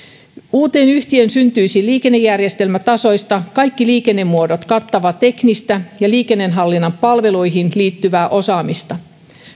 uuteen yhtiöön syntyisi liikennejärjestelmätasoista kaikki liikennemuodot kattavaa teknistä ja liikenteenhallinnan palveluihin liittyvää osaamista